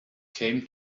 came